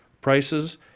prices